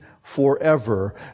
forever